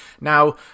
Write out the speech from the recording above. Now